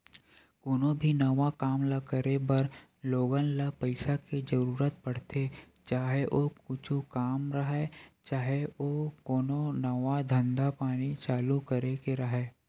कोनो भी नवा काम ल करे बर लोगन ल पइसा के जरुरत पड़थे, चाहे ओ कुछु काम राहय, चाहे ओ कोनो नवा धंधा पानी चालू करे के राहय